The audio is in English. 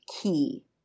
key